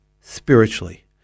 spiritually